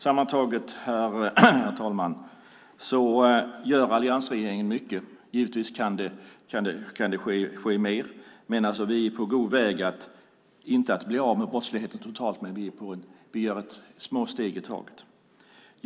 Sammantaget, herr talman, gör alliansregeringen mycket. Givetvis kan det ske mer men vi är på god väg - inte mot att bli av med brottsligheten totalt, men vi tar små steg i taget.